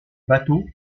bateau